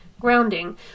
grounding